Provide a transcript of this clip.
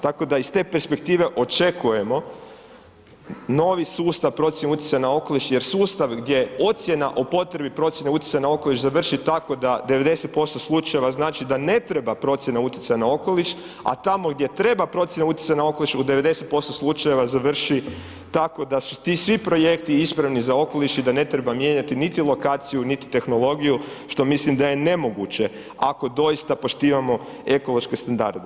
Tako da iz perspektive očekujemo novi sustav procjene utjecaja na okoliš jer sustav gdje ocjena o potrebi procjene utjecaja na okoliš završi tako da 90% slučajeva znači da ne treba procjena utjecaja na okoliš a tamo gdje treba procjena utjecaja na okoliš, u 90% slučajeva završi tako da su ti svi projekti ispravni za okoliš i da ne treba mijenjati niti lokaciju niti tehnologiju što mislim da je nemoguće ako doista poštivano ekološke standarde.